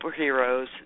superheroes